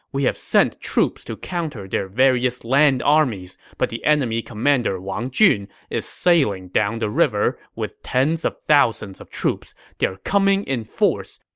we have sent troops to counter their various land armies, but the enemy commander wang jun is sailing down the river with tens of thousands of troops. they are coming in force.